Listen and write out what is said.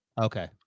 Okay